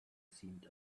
seemed